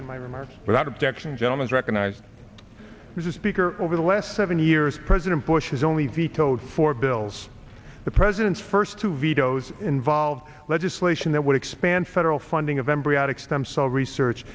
in my remarks without objection gentleman's recognized as a speaker over the last seven years president bush has only vetoed four bills the president's first two vetoes involve legislation that would expand federal funding of embryonic stem cell research